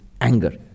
Anger